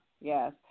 yes